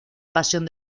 pasión